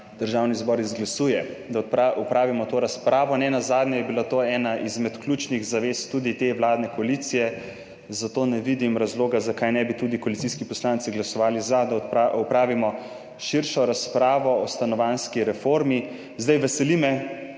Državni zbor izglasuje, da opravimo to razpravo. Nenazadnje je bila to ena izmed ključnih zavez tudi te vladne koalicije, zato ne vidim razloga, zakaj ne bi tudi koalicijski poslanci glasovali za, da opravimo širšo razpravo o stanovanjski reformi. Veseli